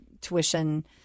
tuition